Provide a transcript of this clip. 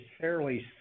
fairly